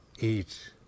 eat